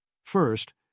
First